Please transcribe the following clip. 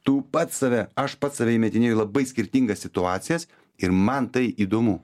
tu pats save aš pats save įmetinėju į labai skirtingas situacijas ir man tai įdomu